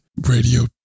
radio